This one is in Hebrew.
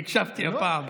הקשבתי הפעם.